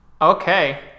Okay